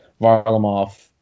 Varlamov